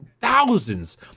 thousands